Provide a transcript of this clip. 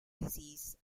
disease